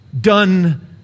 done